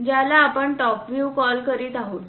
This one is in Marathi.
ज्याला आपण टॉप व्ह्यू कॉल करीत आहोत